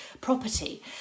property